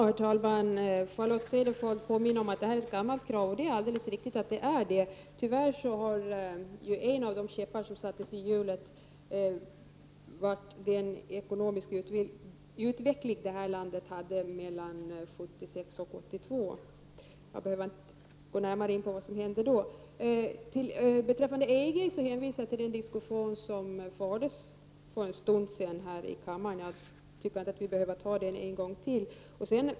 Herr talman! Charlotte Cederschiöld påminner om att detta är ett gammalt krav. Det är alldeles riktigt. Tyvärr var en av de käppar som sattes i hjulet den ekonomiska utveckling som det här landet hade mellan 1976 och 1982, men jag behöver väl inte gå närmare in på vad som hände då. Beträffande EG vill jag hänvisa till den diskussion som fördes för en stund sedan här i kammaren. Jag tycker inte att vi behöver ta upp den en gång till.